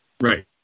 Right